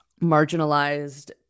marginalized